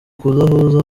kudahuza